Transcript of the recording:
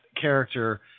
character